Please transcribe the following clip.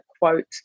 quote